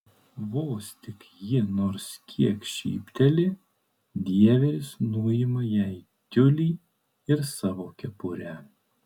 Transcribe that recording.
vos tik ji nors kiek šypteli dieveris nuima jai tiulį ir savo kepurę